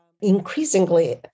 increasingly